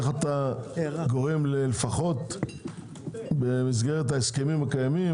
איך אתה גורם לפחות במסגרת ההסכמים הקיימים